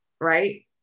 right